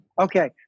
Okay